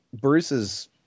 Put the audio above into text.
Bruce's